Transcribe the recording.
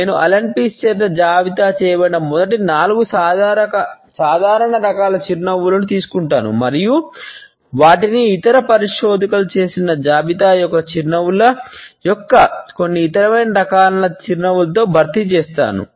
నేను Allan Pease చేత జాబితా చేయబడిన మొదటి 4 సాధారణ రకాల చిరునవ్వులను తీసుకుంటాను మరియు వాటిని ఇతర పరిశోధకులు జాబితా చేసిన చిరునవ్వుల యొక్క కొన్ని ఇతర రకాలైన చిరునవ్వులతో భర్తీ చేస్తాను